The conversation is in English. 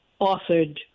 authored